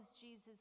Jesus